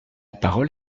parole